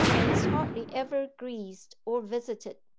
and is hardly ever greased or visited.